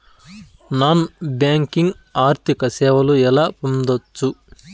Non banking ఆర్థిక సేవలు ఎలా పొందొచ్చు?